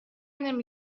نمی